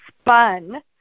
spun